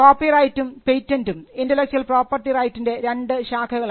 കോപ്പിറൈറ്റും പേറ്റന്റും intellectual property റൈറ്റിൻറെ രണ്ട് ശാഖകളാണ്